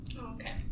okay